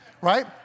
Right